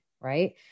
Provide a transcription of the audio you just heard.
right